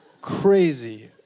crazy